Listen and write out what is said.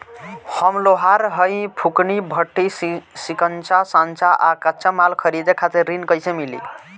हम लोहार हईं फूंकनी भट्ठी सिंकचा सांचा आ कच्चा माल खरीदे खातिर ऋण कइसे मिली?